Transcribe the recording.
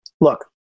look